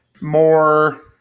more